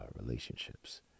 relationships